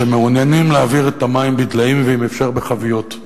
שמעוניינים להעביר את המים בדליים ואם אפשר בחביות.